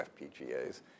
FPGAs